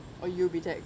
oh you'll be taxed